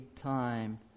time